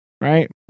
Right